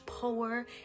power